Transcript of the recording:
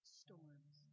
storms